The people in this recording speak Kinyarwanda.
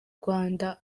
rwanda